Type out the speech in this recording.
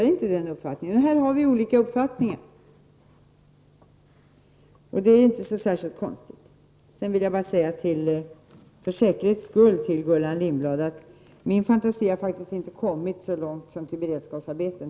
Här har vi olika uppfattningar, och det är inte så konstigt. Jag vill bara säga till Gullan Lindblad, för säkerhets skull, att min fantasi ännu inte har kommit så långt som till beredskapsarbeten.